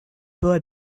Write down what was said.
boy